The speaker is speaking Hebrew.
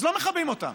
אז לא מכבים אותם.